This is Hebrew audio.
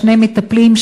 שני מטפלים,